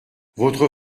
votre